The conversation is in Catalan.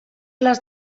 les